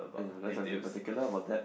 !aiya! particular about that